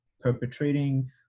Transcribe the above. perpetrating